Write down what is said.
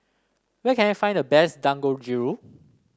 where can I find the best Dangojiru